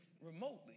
remotely